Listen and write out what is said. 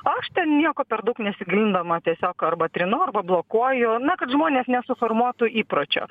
aš ten nieko per daug nesigilindama tiesiog arba trinu arba blokuoju na kad žmonės nesuformuotų įpročio